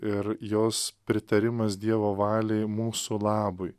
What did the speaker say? ir jos pritarimas dievo valiai mūsų labui